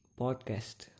podcast